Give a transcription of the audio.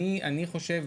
אני חושב,